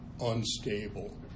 unstable